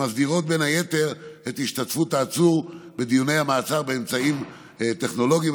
שמסדירות בין היתר את השתתפות העצור בדיוני המעצר באמצעים טכנולוגיים.